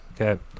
okay